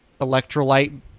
electrolyte